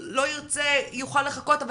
לא ירצה יוכל לחכות,